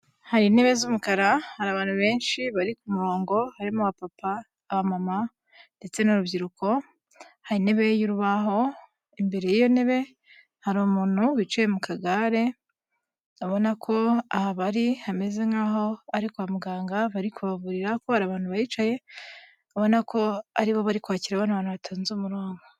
Hari intebe z'umukara, hari abantu benshi bari ku murongo harimo abapapa, abamama ndetse n'urubyiruko, hari intebe y'urubaho, imbere y'iyo ntebe hari umuntu wicaye mu kagare, urabona ko aha bari hameze nk'aho ari kwa muganga bari kubavurira kuko hari abantu bahicaye, urabona ko ari bo bari kwakira bano bantu batonze umurongo.